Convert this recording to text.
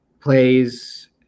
plays